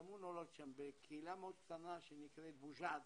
גם הוא נולד שם בקהילה מאוד קטנה שנקראת בוז'אד.